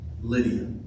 Lydia